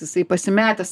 jisai pasimetęs